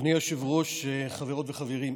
אדוני היושב-ראש, חברות וחברים,